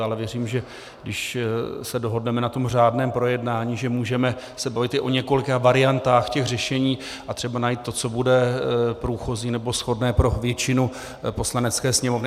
Ale věřím, že když se dohodneme na řádném projednání, že můžeme se bavit i o několika variantách těch řešení a třeba najít to, co bude průchozí nebo shodné pro většinu Poslanecké sněmovny.